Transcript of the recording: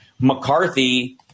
McCarthy